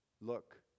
Look